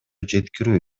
жеткирүү